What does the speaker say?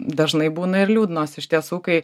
dažnai būna ir liūdnos iš tiesų kai